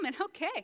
okay